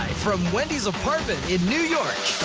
from wendy's apartment in new york,